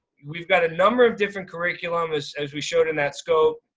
we've got a number of different curriculums as we showed in that scope.